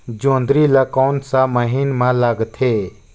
जोंदरी ला कोन सा महीन मां लगथे?